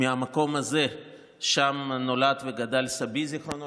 המציע הראשון להצעה הזו הוא חבר הכנסת זאב אלקין.